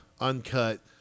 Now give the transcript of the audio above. uncut